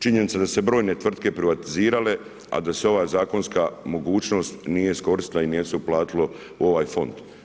Činjenica da su se brojne tvrtke privatizirale, a da se ova zakonska mogućnost nije iskoristila i nije se uplatilo u ovaj fond.